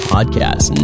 Podcast